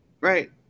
Right